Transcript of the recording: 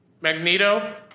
Magneto